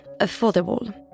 affordable